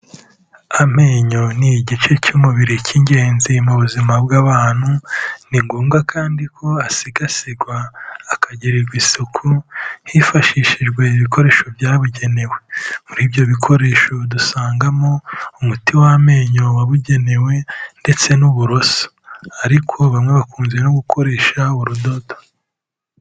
Amenyo ni igice cy'umubiri cy'ingenzi mu buzima bw'abantu, ni ngombwa kandi ko asigasirwa, akagirirwa isuku, hifashishijwe ibikoresho byabugenewe. Muri ibyo bikoresho dusangamo; umuti w'amenyo wabugenewe ndetse n'uburoso ariko bamwe bakunze no gukoresha urudodo.